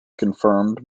confirmed